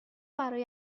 برای